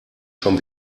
schon